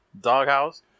Doghouse